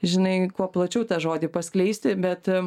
žinai kuo plačiau tą žodį paskleisti bet